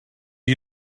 you